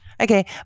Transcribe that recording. Okay